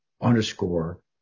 underscore